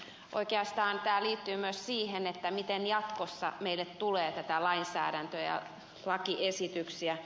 oikeastaan tämä liittyy myös siihen miten jatkossa meille tulee näitä lainsäädäntö ja lakiesityksiä